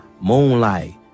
Moonlight